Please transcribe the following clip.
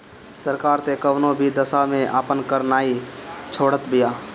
सरकार तअ कवनो भी दशा में आपन कर नाइ छोड़त बिया